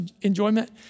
enjoyment